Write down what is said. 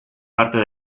parte